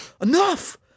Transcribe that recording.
enough